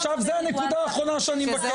עכשיו זאת הנקודה האחרונה שאני מבקש.